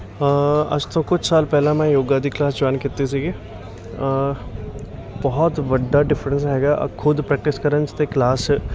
ਅੱਜ ਤੋਂ ਕੁਝ ਸਾਲ ਪਹਿਲਾਂ ਮੈਂ ਯੋਗਾ ਦੀ ਕਲਾਸ ਜੁਆਇਨ ਕੀਤੀ ਸੀਗੀ ਬਹੁਤ ਵੱਡਾ ਡਿਫਰੈਂਸ ਹੈਗਾ ਖੁਦ ਪ੍ਰੈਕਟਿਸ ਕਰਨ 'ਚ ਅਤੇ ਕਲਾਸ